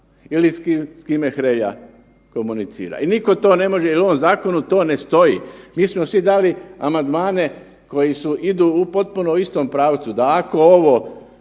Ili s kime Hrelja komunicira i nitko to ne može jer u ovom zakonu to ne stoji, mi smo svi dali amandmane koji idu u potpuno istom pravcu, da ako ovo